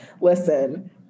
listen